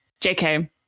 jk